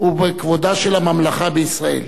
ובכבודה של הממלכה בישראל.